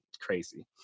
crazy